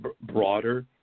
broader